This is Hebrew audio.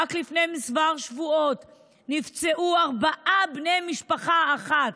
רק לפני כמה שבועות נפצעו ארבעה בני משפחה אחת,